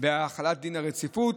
בהחלת דין הרציפות,